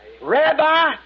Rabbi